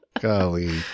Golly